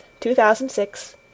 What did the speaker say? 2006